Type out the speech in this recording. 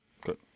Good